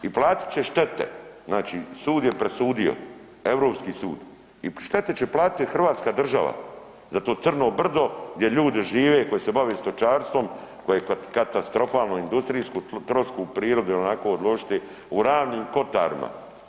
I platit će štete, znači sud je presudio, Europski sud i štete će platiti hrvatska država za to crno brdo gdje ljudi žive koji se bave stočarstvom koje katastrofalno industrijsku trosku u prirodu i onako odložiti u Ravnim kotarima.